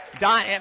Don